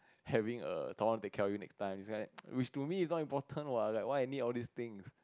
having a someone take care of you next time it's like which to me it's not important what like why I need all these things